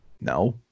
No